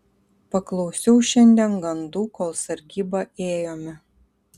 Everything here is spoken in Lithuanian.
paklausiau šiandien gandų kol sargybą ėjome